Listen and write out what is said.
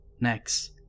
Next